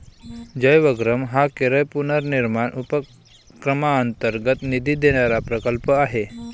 जयवग्रहम हा केरळ पुनर्निर्माण उपक्रमांतर्गत निधी देणारा प्रकल्प आहे